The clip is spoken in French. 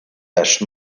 taches